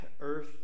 earth